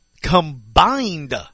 combined